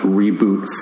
reboot